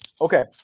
okay